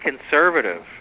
conservative